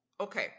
Okay